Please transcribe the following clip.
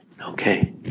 Okay